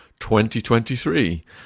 2023